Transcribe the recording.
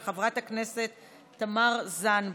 של חברת הכנסת תמר זנדברג,